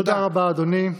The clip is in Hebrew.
תודה רבה, אדוני.